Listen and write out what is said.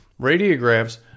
Radiographs